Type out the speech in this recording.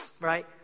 right